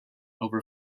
over